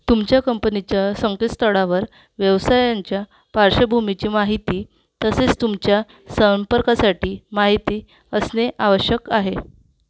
तुमच्या कंपनीच्या संकेस्थळावर व्यवसायांच्या पार्श्वभूमीची माहिती तसेच तुमच्या संपर्कासाठी माइती असणे आवश्यक आहे